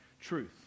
truth